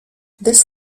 this